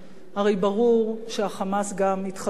הרי ברור שה"חמאס" גם יתחזק.